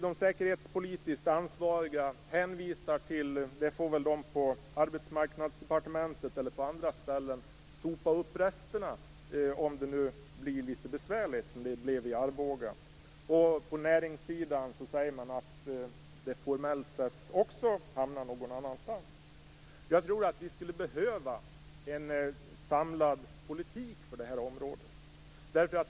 De säkerhetspolitiskt ansvariga hänvisar till att de på Arbetsmarknadsdepartementet eller på andra ställen får sopa upp resterna om det skulle bli litet besvärligt, som det blev i Arboga, och också på näringssidan säger att man att frågan formellt sett hamnar någon annanstans. Jag tror att vi skulle behöva en samlad politik på det här området.